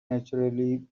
naturally